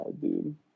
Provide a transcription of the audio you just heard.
dude